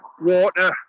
water